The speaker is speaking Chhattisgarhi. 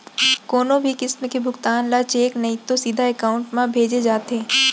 कोनो भी किसम के भुगतान ल चेक नइ तो सीधा एकाउंट म भेजे जाथे